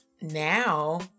now